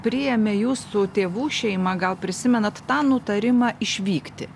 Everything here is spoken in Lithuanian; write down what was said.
priėmė jūsų tėvų šeima gal prisimenat tą nutarimą išvykti